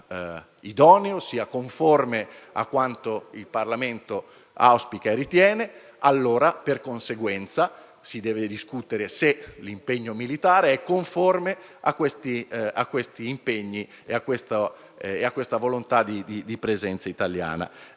idoneo e conforme a quanto il Parlamento auspica e ritiene, allora, di conseguenza, si deve discutere se l'impegno militare è conforme a questi impegni e a questa volontà di presenza italiana.